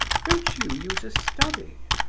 don't you use a study?